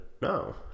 no